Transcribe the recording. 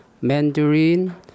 Mandarin